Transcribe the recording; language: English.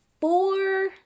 four